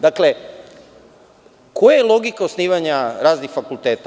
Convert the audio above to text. Dakle, koja je logika osnivanja raznih fakulteta?